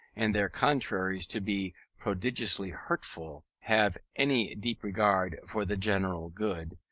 and their contraries to be prodigiously hurtful, have any deep regard for the general good,